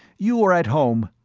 you are at home.